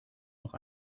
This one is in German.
noch